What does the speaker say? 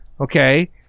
Okay